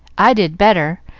i did better.